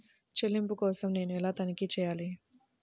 చెల్లింపుల కోసం నేను ఎలా తనిఖీ చేయాలి?